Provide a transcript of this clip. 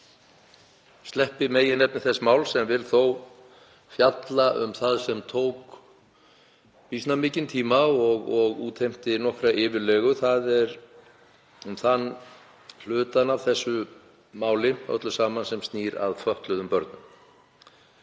sleppi meginefni þess máls en vil þó fjalla um það sem tók býsna mikinn tíma og útheimti nokkra yfirlegu, þ.e. um þann hluta af þessu máli öllu saman sem snýr að fötluðum börnum.